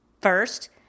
First